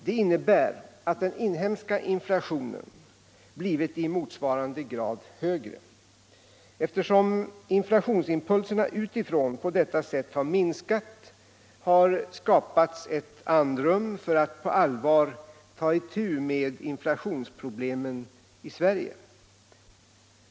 Det innebär att den inhemska inflationen blivit i motsvarande grad högre. Eftersom inflationsimpulserna utifrån på detta sätt har minskat, har andrum skapats för att man på allvar skall kunna ta itu med inflationsproblemen i Sverige.